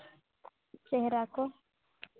ᱪᱮᱦᱨᱟ ᱠᱚ